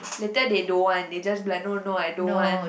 later they don't want they just like no no I don't want